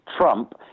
Trump